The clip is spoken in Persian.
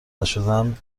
نشدن